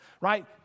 right